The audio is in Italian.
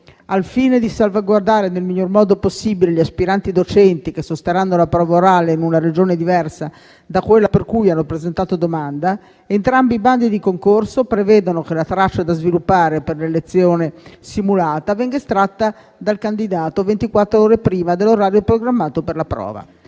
al fine di salvaguardare nel miglior modo possibile gli aspiranti docenti che sosterranno la prova orale in una Regione diversa da quella per cui hanno presentato domanda, entrambi i bandi di concorso prevedano che la traccia da sviluppare per la lezione simulata venga estratta dal candidato ventiquattr'ore prima dell'orario programmato per la prova.